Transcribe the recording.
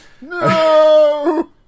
No